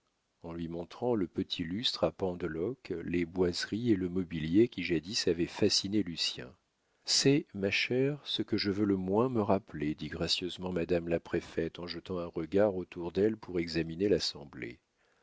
en lui montrant le petit lustre à pendeloques les boiseries et le mobilier qui jadis avaient fasciné lucien c'est ma chère ce que je veux le moins me rappeler dit gracieusement madame la préfète en jetant un regard autour d'elle pour examiner l'assemblée